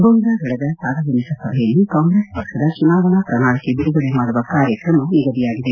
ದೊಂಗಾಗಡದ ಸಾರ್ವಜನಿಕ ಸಭೆಯಲ್ಲಿ ಕಾಂಗ್ರೆಸ್ ಪಕ್ಷದ ಚುನಾವಣಾ ಪ್ರಣಾಳಿಕೆ ಬಿಡುಗಡೆ ಮಾಡುವ ಕಾರ್ಯಕ್ರಮ ನಿಗದಿಯಾಗಿದೆ